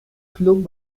club